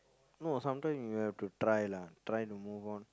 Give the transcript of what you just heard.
no sometime we have to try lah try to move on